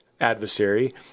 adversary